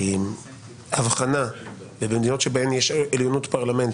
הבחנה ובמדינות בהן יש עליונות פרלמנט,